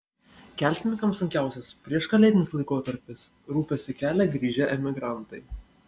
keltininkams sunkiausias prieškalėdinis laikotarpis rūpestį kelia grįžę emigrantai